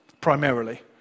primarily